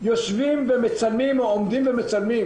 יושבים ומצלמים או עומדים ומצלמים.